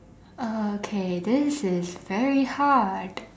okay this is very hard